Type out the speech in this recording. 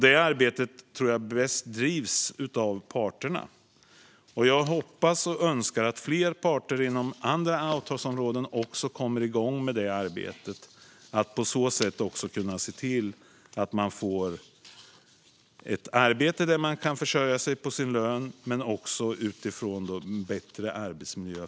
Detta arbete tror jag bäst drivs av parterna. Jag hoppas och önskar att fler parter inom andra avtalsområden också kommer igång med detta arbete för att på så sätt kunna se till att anställda kan försörja sig på sin lön och även få en bättre arbetsmiljö.